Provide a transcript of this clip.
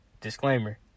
disclaimer